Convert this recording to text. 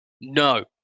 No